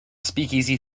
speakeasy